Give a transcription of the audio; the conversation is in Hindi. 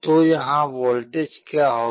तो यहाँ वोल्टेज क्या होगा